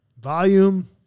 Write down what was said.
volume